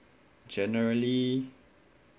generally